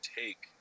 take